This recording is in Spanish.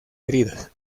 heridas